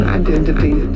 identity